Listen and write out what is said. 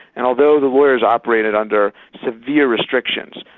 and although the lawyers operated under severe restrictions,